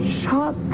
shot